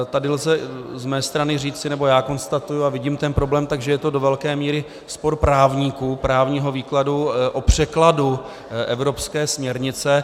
Tady lze z mé strany říci, nebo já konstatuji a vidím ten problém, takže je to do velké míry spor právníků, právního výkladu o překladu evropské směrnice.